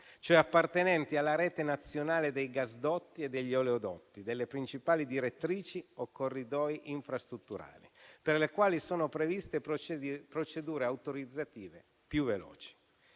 cioè appartenenti alla rete nazionale dei gasdotti e degli oleodotti delle principali direttrici o corridoi infrastrutturali, per le quali sono previste procedure autorizzative più veloci.